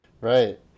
Right